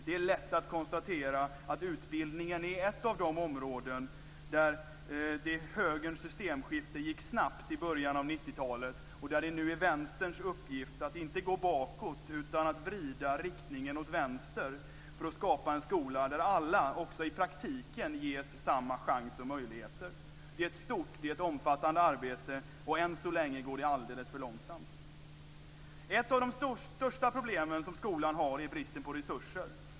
Det är lätt att konstatera att utbildningen är ett av de områden där Högerns systemskifte gick snabbt i början av 90-talet. Nu är det Vänsterns uppgift att inte gå bakåt utan att vrida riktningen åt vänster för att skapa en skola där alla, också i praktiken, ges samma chans och möjligheter. Det är ett stort och omfattande arbete, och än så länge går det alldeles för långsamt. Ett av de största problemen för skolan är bristen på resurser.